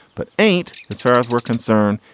but ain't as far as we're concerned,